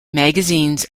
magazines